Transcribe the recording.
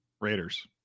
Raiders